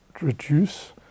reduce